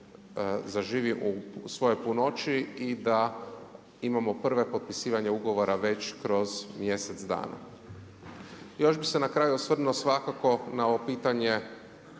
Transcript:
zaživi u svojoj punoći i da imamo prvo potpisivanje ugovora već kroz mjesec dana. Još bih se na kraju osvrnuo svakako na ovo pitanje